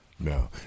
No